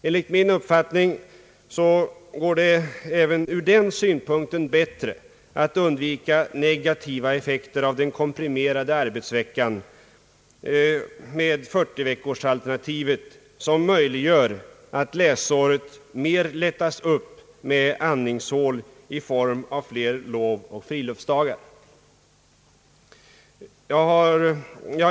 Enligt min uppfattning går det även ur den synpunkten bättre att undvika negativa effekter av den komprimerade arbetsveckan med 40-veckorsalternativet som möjliggör att läsåret mer lättas upp med andningshål i form av flera lovoch friluftsdagar.